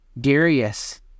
Darius